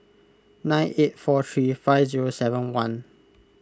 nine eight four three five zero seven one